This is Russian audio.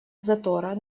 затора